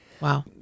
Wow